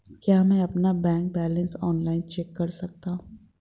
क्या मैं अपना बैंक बैलेंस ऑनलाइन चेक कर सकता हूँ?